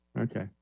Okay